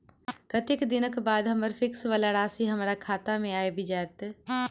कत्तेक दिनक बाद हम्मर फिक्स वला राशि हमरा खाता मे आबि जैत?